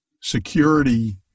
security